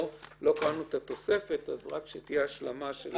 לא קראנו את התוספת רק שתהיה השלמה של הקריאה.